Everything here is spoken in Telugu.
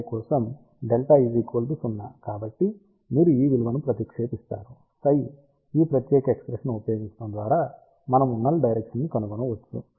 కాబట్టి మీరు ఈ విలువను ప్రతిక్షేపిస్తారు ψ ఈ ప్రత్యేక ఎక్ష్ప్రెషన్ను ఉపయోగించడం ద్వారా మనము నల్ డైరెక్షన్ ని కనుగొనవచ్చు